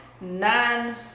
nine